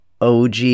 OG